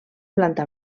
planta